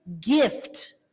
gift